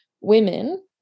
women